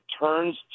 turns